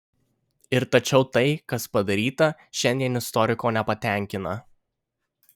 ir tačiau tai kas padaryta šiandien istoriko nepatenkina